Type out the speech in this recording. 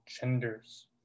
genders